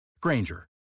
Granger